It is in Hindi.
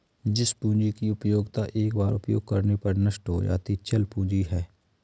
जिस पूंजी की उपयोगिता एक बार उपयोग करने पर नष्ट हो जाती है चल पूंजी है